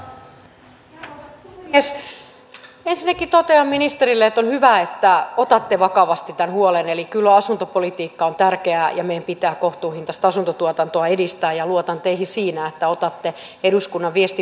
ensinnäkin totean ministerille että on hyvä että otatte vakavasti tämän huolen eli kyllä asuntopolitiikka on tärkeää ja meidän pitää kohtuuhintaista asuntotuotantoa edistää ja luotan teihin siinä että otatte eduskunnan viestin vakavasti